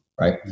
Right